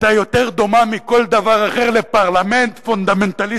שהיתה דומה יותר מכל דבר אחר לפרלמנט פונדמנטליסטי